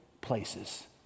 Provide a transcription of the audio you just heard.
places